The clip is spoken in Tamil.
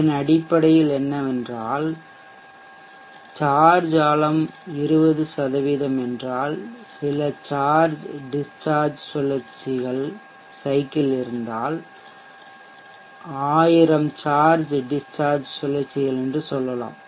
இதன் அடிப்படையில் என்னவென்றால் சார்ஜ் ஆழம் 20 என்றால் சில சார்ஜ் டிஷ்சார்ஜ் சுழற்சிகள் சைக்கிள் இருந்தால் 1000 சார்ஜ் டிஷ்சார்ஜ் சுழற்சிகள் என்று சொல்லலாம்